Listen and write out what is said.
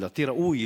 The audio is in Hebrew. שלדעתי ראוי,